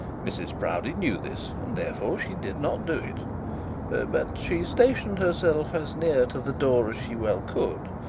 mrs proudie knew this, and therefore she did not do it but she stationed herself as near to the door as she well could,